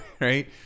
right